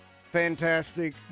fantastic